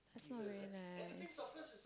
that's not very nice